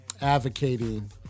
advocating